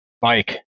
bike